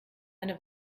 eine